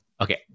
Okay